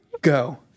go